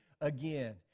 again